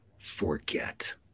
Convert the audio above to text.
Forget